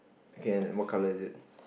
K and what colour is it